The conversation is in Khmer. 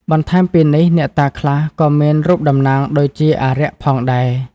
បន្ថែមពីនេះ អ្នកតាខ្លះ ក៏មានរូបតំណាងដូចជាអារក្សផងដែរ។